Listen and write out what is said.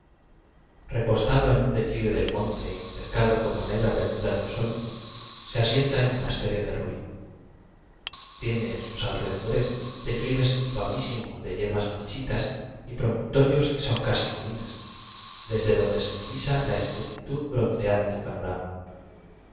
recostado en un declive del monte y cer cado con la negra verdura de los olmos se asienta el monasterio derruido tiene en sus alrededores declives suavísimos de yer bas marchitas y promontorios que son casi colinas desde donde se divisa la esplendttud bronceada del panorama